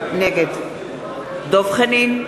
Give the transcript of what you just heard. נגד דב חנין,